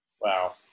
Wow